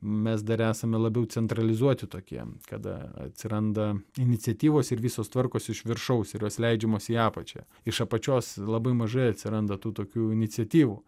mes dar esame labiau centralizuoti tokiem kada atsiranda iniciatyvos ir visos tvarkos iš viršaus ir jos leidžiamos į apačią iš apačios labai mažai atsiranda tų tokių iniciatyvų